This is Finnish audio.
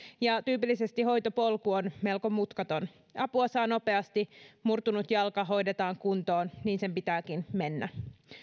ja tyypillisesti hoitopolku on melko mutkaton apua saa nopeasti murtunut jalka hoidetaan kuntoon niin sen pitääkin mennä